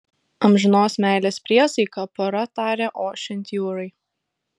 amžinos meilės priesaiką pora tarė ošiant jūrai